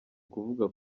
kuvugwa